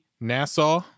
Nassau